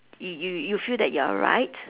you you you feel that you are right